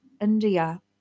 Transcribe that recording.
India